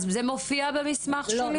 זה מופיע במסמך שלי?